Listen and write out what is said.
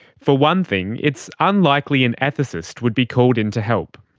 for one thing, it's unlikely an ethicist would be called in to help.